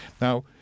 Now